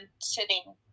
sitting